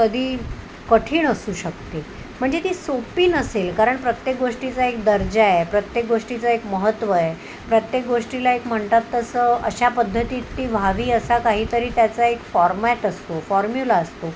कधी कठीण असू शकते म्हणजे ती सोपी नसेल कारण प्रत्येक गोष्टीचा एक दर्जा आहे प्रत्येक गोष्टीचा एक महत्व आहे प्रत्येक गोष्टीला एक म्हणतात तसं अशा पद्धतीत ती व्हावी असा काहीतरी त्याचा एक फॉर्मॅट असतो फॉर्म्युला असतो